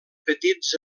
petits